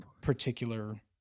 particular